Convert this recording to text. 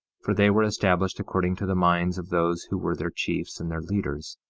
for they were established according to the minds of those who were their chiefs and their leaders.